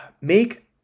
make